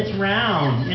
round.